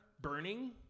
burning